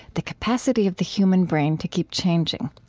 the capacity of the human brain to keep changing.